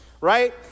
right